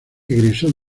egresó